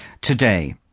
Today